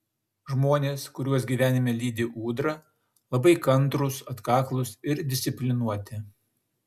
žmonės kuriuos gyvenime lydi ūdra labai kantrūs atkaklūs ir disciplinuoti